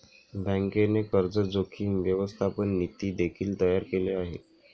बँकेने कर्ज जोखीम व्यवस्थापन नीती देखील तयार केले आहे